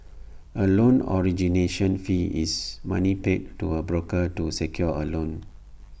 A loan origination fee is money paid to A broker to secure A loan